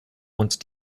und